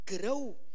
grow